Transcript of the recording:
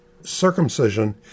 Circumcision